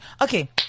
Okay